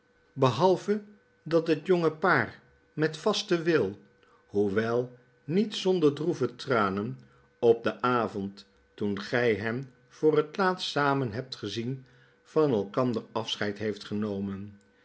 behalve dat het jonge paar met vasten wil hoewel niet zonder droeve tranen op den avond toen gij hen voor het laatst samen hebt gezien van elkander afscheid heeft genomen